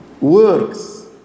works